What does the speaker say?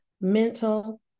mental